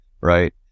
right